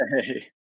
hey